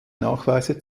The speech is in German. nachweise